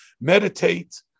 meditate